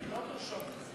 גם אני נרשמתי.